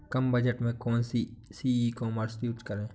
कम budget में कौन सी ई कॉमर्स यूज़ करें?